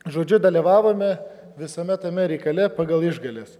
žodžiu dalyvavome visame tame reikale pagal išgales